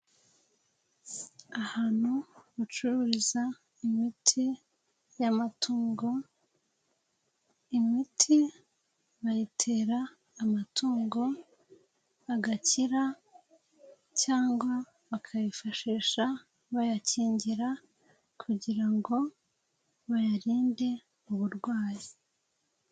Ahantu bacururiza imiti y'amatungo, imiti bayitera amatungo agakira cyangwa bakayifashisha bayakingira kugira ngo bayarinde uburwayi.